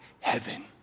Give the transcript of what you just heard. heaven